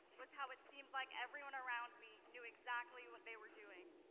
was how it seemed like everyone around me knew exactly what they were doing.